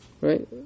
Right